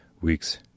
week's